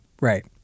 right